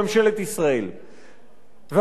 ואני אומר לכם, עמיתי חברי הכנסת,